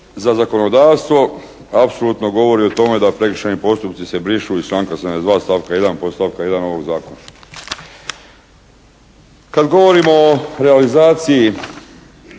za zakonodavstvo. Apsolutno govori o tome da prekršajni postupci se brišu iz članka 72. stavka 1. podstavka 1. ovog zakona. Kad govorimo o realizaciji